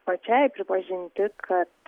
pačiai pripažinti kad